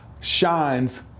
shines